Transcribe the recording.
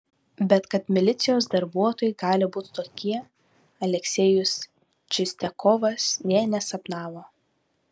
bet kad milicijos darbuotojai gali būti tokie aleksejus čistiakovas nė nesapnavo